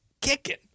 kicking